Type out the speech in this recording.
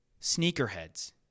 Sneakerheads